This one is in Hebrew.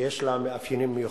ויש לה מאפיינים מיוחדים.